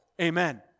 Amen